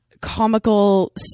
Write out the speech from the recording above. Comical